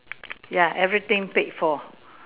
ya everything paid for